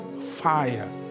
fire